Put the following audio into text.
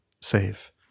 save